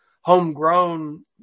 homegrown